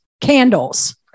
candles